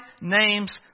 name's